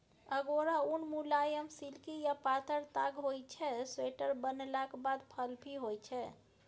अगोरा उन मुलायम, सिल्की आ पातर ताग होइ छै स्वेटर बनलाक बाद फ्लफी होइ छै